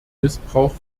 missbrauch